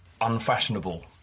unfashionable